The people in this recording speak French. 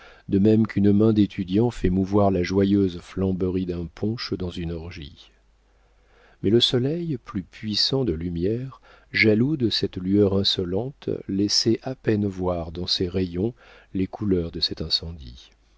de même qu'une main d'étudiant fait mouvoir la joyeuse flamberie d'un punch dans une orgie mais le soleil plus puissant de lumière jaloux de cette lueur insolente laissait à peine voir dans ses rayons les couleurs de cet incendie